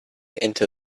into